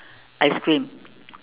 ice cream